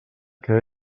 que